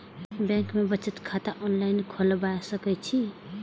Bank में बचत खाता ऑनलाईन खोलबाए सके छी?